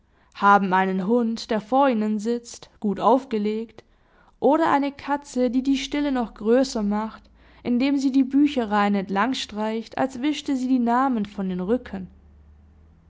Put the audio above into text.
haben einen hund der vor ihnen sitzt gut aufgelegt oder eine katze die die stille noch größer macht indem sie die bücherreihen entlang streicht als wischte sie die namen von den rücken